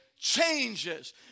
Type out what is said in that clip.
changes